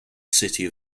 city